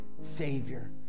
Savior